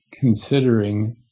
considering